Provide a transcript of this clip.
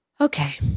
Okay